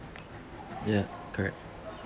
ya correct